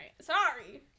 Sorry